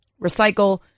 Recycle